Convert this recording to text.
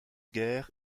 guerre